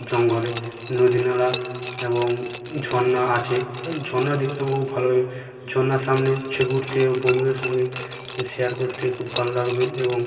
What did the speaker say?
জঙ্গলে নদী নালা এবং ঝরনা আছে বেশ ঝরনা দেখতে আমাকে খুব ভালো লাগে ঝরনা সামনে ছবি উঠতে ও বন্ধুদের সঙ্গে শেয়ার করতে খুব ভালো লাগবে এবং